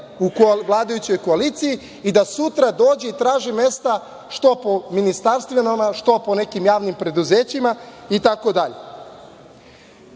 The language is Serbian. u vladajućoj koaliciji i da sutra dođe i traži mesta što po ministarstvima, što po nekim javnim preduzećima i